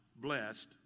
blessed